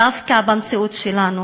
דווקא במציאות שלנו